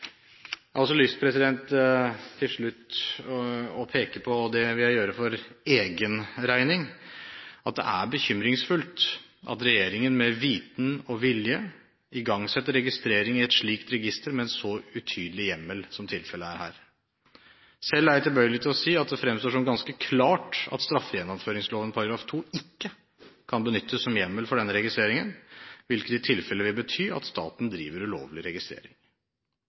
Jeg har til slutt lyst til å peke på – og det vil jeg gjøre for egen regning – at det er bekymringsfullt at regjeringen med vitende og vilje igangsetter registrering i et slikt register med en så utydelig hjemmel som tilfellet er her. Selv er jeg tilbøyelig til å si at det fremstår som ganske klart at straffegjennomføringsloven § 2 ikke kan benyttes som hjemmel for denne registreringen, hvilket i tilfelle vil bety at staten driver ulovlig registrering.